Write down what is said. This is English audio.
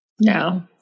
no